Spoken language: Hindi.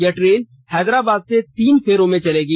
यह ट्रेन हैदराबाद से तीन फेरो में चलेगी